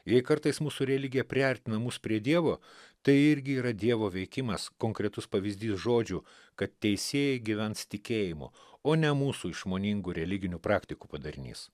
jei kartais mūsų religija priartina mus prie dievo tai irgi yra dievo veikimas konkretus pavyzdys žodžių kad teisieji gyvens tikėjimu o ne mūsų išmoningų religinių praktikų padarinys